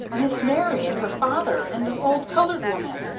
miss mary and her father and the old colored woman.